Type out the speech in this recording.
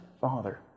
father